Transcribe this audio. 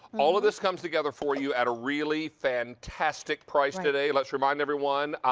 all of this comes together for you at a really fantastic price today. let's remind everyone,